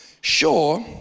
sure